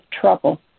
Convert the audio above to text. trouble